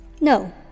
No